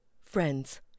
Friends